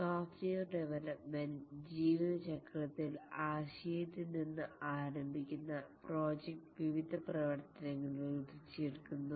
software development ജീവിത ചക്രത്തിൽ ആശയത്തിൽ നിന്ന് ആരംഭിക്കുന്ന പ്രോജക്ട് വിവിധ പ്രവർത്തനങ്ങൾ വികസിപ്പിച്ചെടുക്കുന്നു